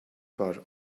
bar